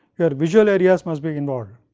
your visual areas must be involved